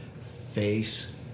face